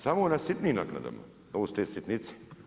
Samo na sitnim nagradama ovo su te sitnice.